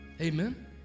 Amen